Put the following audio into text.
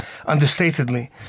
understatedly